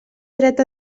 dret